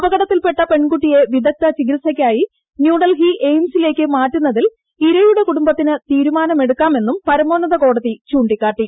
അപകടത്തിൽപ്പെട്ട പെൺകുട്ടിയെ വിദഗ്ധ ചികിത്സക്കായി ന്യൂഡൽഹി എയിംസിലേയ്ക്ക് മാറ്റുന്നതിൽ ഇരുയുടെ കുടുംബത്തിന് തീരുമാനമെടുക്കാമെന്നും പരമോന്നത്രിക്കോടതി ചൂണ്ടിക്കാട്ടി